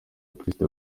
perezida